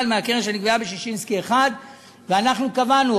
מהקרן שנקבעה בששינסקי 1. אנחנו קבענו,